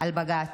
על בג"ץ.